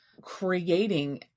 creating